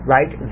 Right